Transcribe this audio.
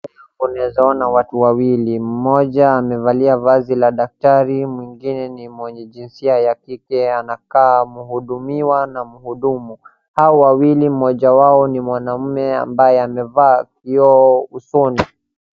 Unaweza ona watu wawili mmoja amevalia vazi la daktari mwingine ni mwenye jinsia ya kike anakaa mhudumiwa na mhudumu. Hawa wiwili mmoja wao ni mwanaume ambaye amevaa kioo usoni.